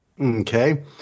Okay